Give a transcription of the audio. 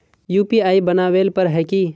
UPI बनावेल पर है की?